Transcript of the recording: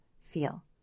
feel